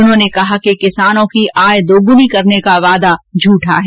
उन्होंने कहा कि किसानों की आय दूगुनी करने का वादा झुठा है